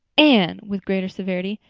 anne, with greater severity,